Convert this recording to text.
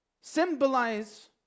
symbolize